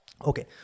Okay